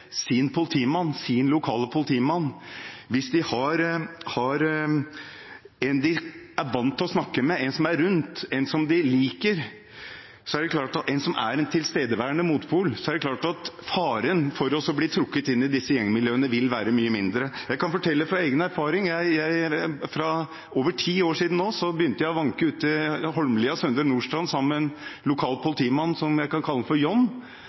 sin lokale politimann, hvis de har en de er vant til å snakke med, en som er rundt, en som de liker, en som er en tilstedeværende motpol, er det klart at faren for å bli trukket inn i disse gjengmiljøene vil være mye mindre. Jeg kan fortelle fra egen erfaring. For over ti år siden begynte jeg å vanke ute på Holmlia i Søndre Nordstrand sammen med en lokal politimann som jeg kan kalle